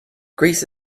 greece